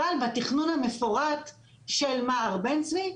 אבל בתכנון המפורט של מע"ר בן צבי,